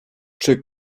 czy